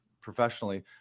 professionally